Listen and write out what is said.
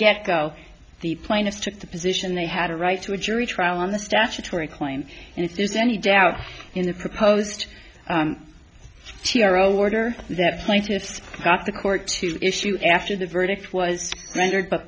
get go the plaintiffs took the position they had a right to a jury trial on the statutory claim and if there's any doubt in the proposed t r o order that the plaintiffs got the court to issue after the verdict was rendered but